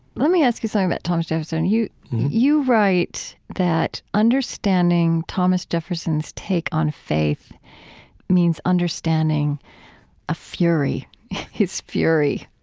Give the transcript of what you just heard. let me ask you something about thomas jefferson. and you you write that understanding thomas jefferson's take on faith means understanding a fury his fury.